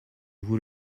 vous